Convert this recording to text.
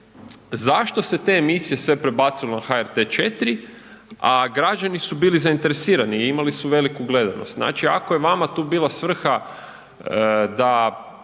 zašto se te emisije sve prebacilo na HRT 4, a građani su bili zainteresirani, i imali su veliku gledanost, znači ako je vama tu bila svrha da